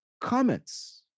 comments